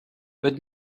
but